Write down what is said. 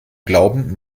glauben